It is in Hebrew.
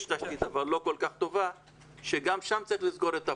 יש תשתית אבל לא כל כך טובה וגם שם צריך לסגור את הפער.